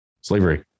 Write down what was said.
Slavery